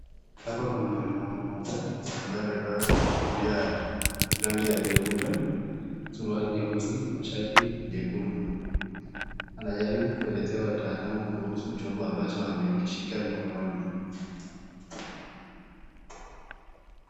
Hapa Kuna mama ambaye amevaa kofia ya rangi jeupe suruali jeusi na shati jekundu anajaribu kuelezea wataalamu kuhusu chombo ambacho amekishika jikoni.